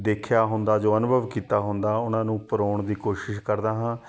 ਦੇਖਿਆ ਹੁੰਦਾ ਜੋ ਅਨੁਭਵ ਕੀਤਾ ਹੁੰਦਾ ਉਹਨਾਂ ਨੂੰ ਪਰੋਣ ਦੀ ਕੋਸ਼ਿਸ਼ ਕਰਦਾ ਹਾਂ